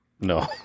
no